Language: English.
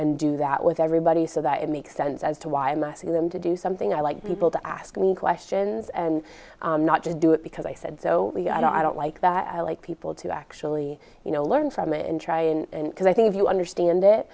and do that with everybody so that it makes sense as to why i'm asking them to do something i like people to ask me questions and not to do it because i said so and i don't like that i like people to actually you know learn from it and try in because i think if you understand it